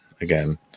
again